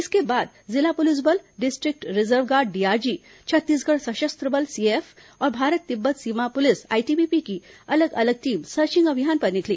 इसके बाद जिला पुलिस बल district reserve guard DRG Chhattisgarh सशस्त्र बल सीएएफ और भारत तिब्बत सीमा पुलिस आईटीबीपी की अलग अलग टीम सर्चिंग अभियान पर निकली